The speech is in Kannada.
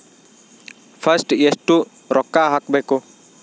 ಫಸ್ಟ್ ಎಷ್ಟು ರೊಕ್ಕ ಹಾಕಬೇಕು?